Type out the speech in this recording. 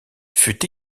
fut